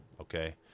okay